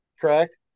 correct